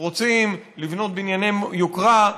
רוצים לבנות בנייני יוקרה,